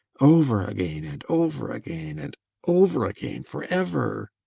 over again, and over again and over again for ever!